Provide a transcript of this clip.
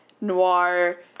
noir